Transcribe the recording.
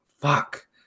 fuck